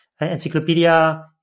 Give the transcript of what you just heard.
Encyclopedia